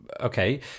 Okay